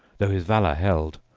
though his valor held,